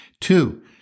Two